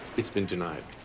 it's been denied.